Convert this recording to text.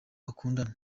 bakundana